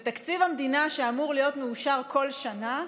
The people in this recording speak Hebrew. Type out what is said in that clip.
ותקציב המדינה, שאמור להיות מאושר כל שנה,